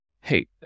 Hey